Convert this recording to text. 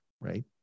right